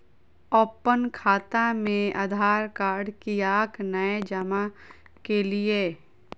अप्पन खाता मे आधारकार्ड कियाक नै जमा केलियै?